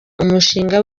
umushinga